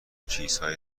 چیزهایی